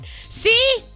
See